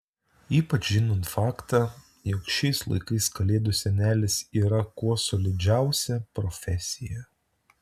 ypač žinant faktą jog šiais laikais kalėdų senelis yra kuo solidžiausia profesija